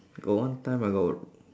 got one time I got